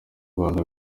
rwanda